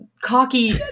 Cocky